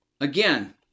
Again